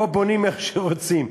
פה בונים איך שרוצים.